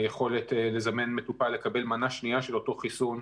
היכולת לזמן מטופל לקבל מנה שנייה של אותו חיסון.